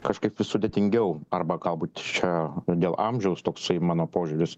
kažkaip vis sudėtingiau arba galbūt čia dėl amžiaus toksai mano požiūris